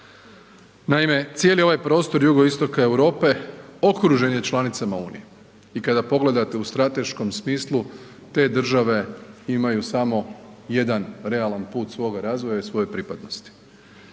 Naime, cijeli ovaj prostor jugoistoka Europe okružen je članicama Unije i kada pogledate u strateškom smislu te države imaju samo jedan realan put svog razvoja i svoje pripadnosti.